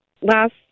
last